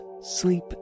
sleep